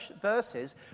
verses